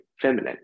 feminine